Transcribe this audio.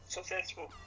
Successful